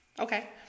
Okay